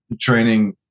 training